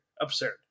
Absurd